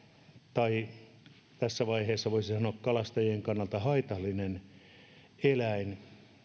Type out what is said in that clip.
tai tässä vaiheessa voisi sanoa kalastajien kannalta haitallinen eläin